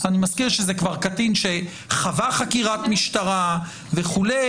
אני מזכיר שזה קטין שכבר חווה חקירת משטרה וכו'.